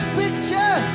picture